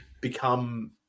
become